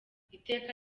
iteka